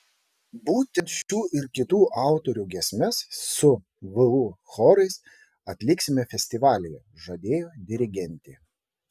būtent šių ir kitų autorių giesmes su vu chorais atliksime festivalyje žadėjo dirigentė